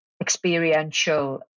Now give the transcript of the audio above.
experiential